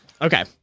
Okay